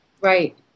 Right